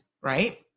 right